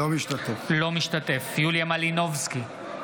אינו משתתף בהצבעה יוליה מלינובסקי,